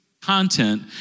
content